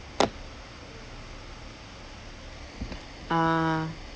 ah